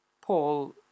Paul